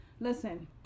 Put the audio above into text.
listen